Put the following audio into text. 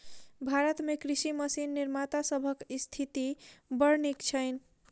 भारत मे कृषि मशीन निर्माता सभक स्थिति बड़ नीक छैन